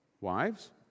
Wives